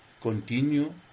continue